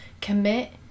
Commit